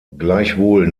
gleichwohl